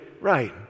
right